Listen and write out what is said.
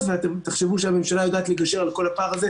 ואתם תחשבו שהממשלה יודעת לגשר על כל הפער הזה.